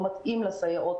לא מתאים לסייעות.